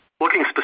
Looking